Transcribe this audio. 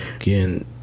again